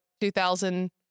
2,000